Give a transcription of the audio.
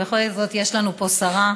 בכל זאת יש לנו פה שרה,